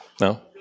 No